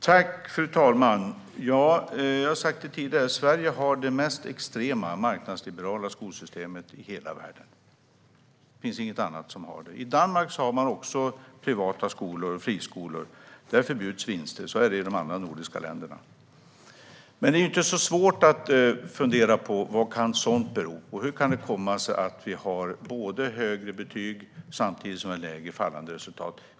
Fru talman! Jag har sagt det tidigare: Sverige har det mest extremt marknadsliberala skolsystemet i hela världen. Det finns inget annat land som har det så. I Danmark har man också privata skolor och friskolor. Där förbjuds vinster, och så är det också i de andra nordiska länderna. Det är inte så svårt att fundera på vad sådant kan bero på. Hur kan det komma sig att vi har både högre betyg och lägre och fallande resultat?